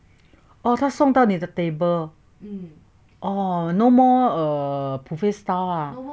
哦他送到你的 table oh no more err buffet style ah